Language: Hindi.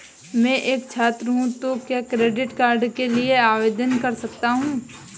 मैं एक छात्र हूँ तो क्या क्रेडिट कार्ड के लिए आवेदन कर सकता हूँ?